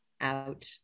Out